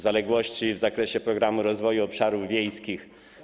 Zaległości w zakresie Programu Rozwoju Obszarów Wiejskich.